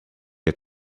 had